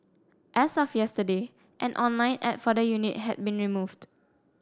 as of yesterday an online ad for the unit had been removed